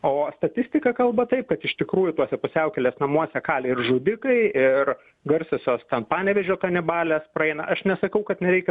o statistika kalba taip kad iš tikrųjų tuose pusiaukelės namuose kali ir žudikai ir garsiosios ten panevėžio kanibalės praeina aš nesakau kad nereikia